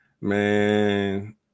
Man